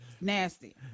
nasty